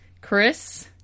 Chris